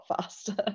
faster